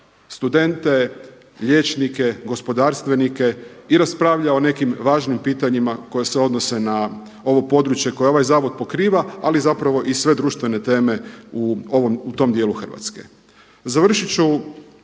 studente, liječnike, gospodarstvenike i raspravljao o nekim važnim pitanjima koji se odnose na ovo područje koje ovaj zavod pokriva, ali zapravo i sve društvene teme u tom dijelu Hrvatske. Završit ću